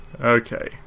Okay